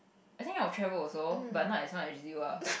I think I will travel also but not as much as Sherry well